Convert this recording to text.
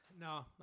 No